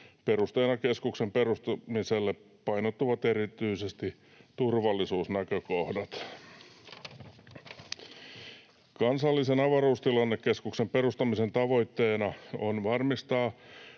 Perusteena keskuksen perustamiselle painottuvat erityisesti turvallisuusnäkökohdat. Kansallisen avaruustilannekeskuksen perustamisen tavoitteena on varmistaa,